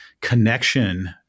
connection